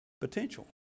potential